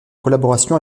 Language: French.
collaboration